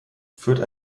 führt